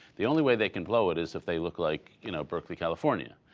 the only way they can blow it is if they look like you know berkeley, california.